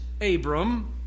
Abram